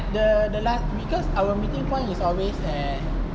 the the the last because our meeting point is always at